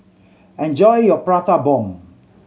enjoy your Prata Bomb